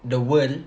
the world